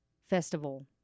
festival